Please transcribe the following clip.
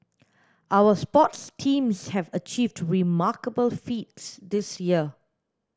our sports teams have achieved remarkable feats this year